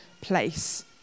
place